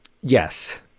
Yes